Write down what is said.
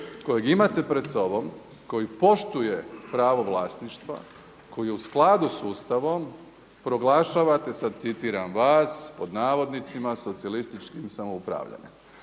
kojeg imate pred sobom, koji poštuje pravo vlasništva, koji je u skladu sa Ustavom proglašavate sad citiram vas pod navodnicima socijalističkim upravljanjem.